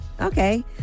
okay